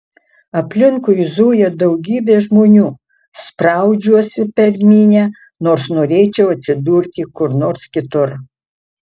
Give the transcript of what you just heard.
aplinkui zuja daugybė žmonių spraudžiuosi per minią nors norėčiau atsidurti kur nors kitur